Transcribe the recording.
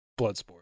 Bloodsport